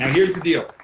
here's the deal.